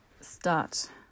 start